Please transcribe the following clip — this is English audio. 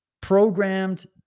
programmed